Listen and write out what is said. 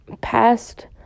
past